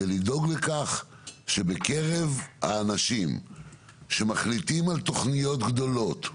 זה לדאוג לכך שבקרב האנשים שמחליטים על תכניות גדולות,